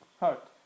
hurt